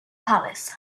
palace